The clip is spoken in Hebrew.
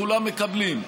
כולם מקבלים.